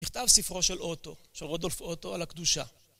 נכתב ספרו של אוטו, של רודולף אוטו על הקדושה